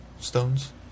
stones